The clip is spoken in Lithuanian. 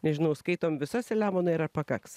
nežinau skaitom visas selemono ar pakaks